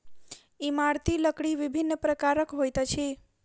इमारती लकड़ी विभिन्न प्रकारक होइत अछि